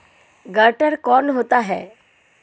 Guarantor कौन होता है?